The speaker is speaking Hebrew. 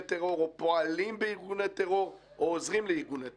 טרור או פועלים בארגוני טרור או עוזרים לארגוני טרור?